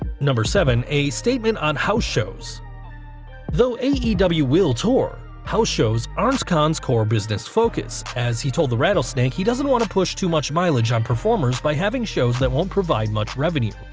seven a statement on house shows though aew will tour, house shows aren't khan's core business focus, as he told the rattlesnake he doesn't want to push too much mileage on performers by having shows that won't provide much revenue.